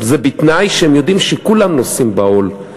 זה בתנאי שהם יודעים שכולם נושאים בעול,